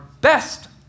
best